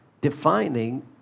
defining